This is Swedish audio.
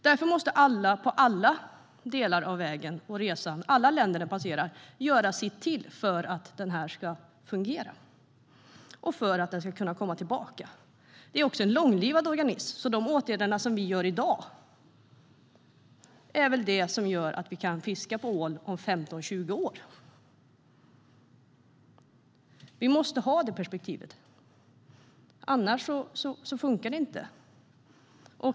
Därför måste alla länder som ålen passerar på resan göra sitt för att det här ska fungera så att ålen kan komma tillbaka. Det är också en långlivad organism, så de åtgärder som vi gör i dag är väl det som gör att vi kommer att kunna fiska på ål om 15-20 år. Vi måste ha det perspektivet, annars funkar det inte.